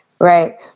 Right